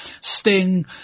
Sting